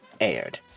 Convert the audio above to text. aired